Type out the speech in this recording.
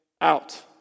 out